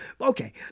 Okay